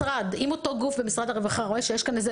אם אותו גוף במשרד הרווחה רואה שיש כאן איזו